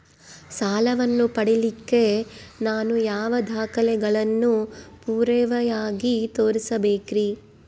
ಸಾಲವನ್ನು ಪಡಿಲಿಕ್ಕೆ ನಾನು ಯಾವ ದಾಖಲೆಗಳನ್ನು ಪುರಾವೆಯಾಗಿ ತೋರಿಸಬೇಕ್ರಿ?